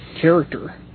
character